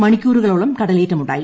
മണിക്കൂറുകളോളം കടലേറ്റമുണ്ടായി